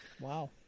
Wow